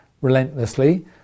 relentlessly